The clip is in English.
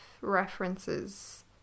references